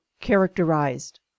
characterized